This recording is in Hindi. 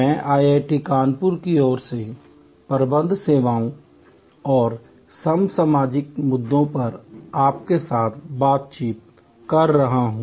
मैं IIT कानपुर की ओर से प्रबंध सेवाओं और समसामयिक मुद्दों पर आपके साथ बातचीत कर रहा हूं